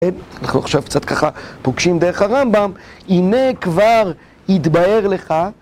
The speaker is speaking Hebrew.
אנחנו עכשיו קצת ככה פוגשים דרך הרמב״ם, הנה כבר התבאר לך